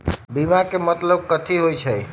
बीमा के मतलब कथी होई छई?